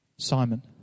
Simon